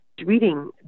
reading